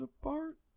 apart